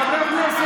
חברי